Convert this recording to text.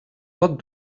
pot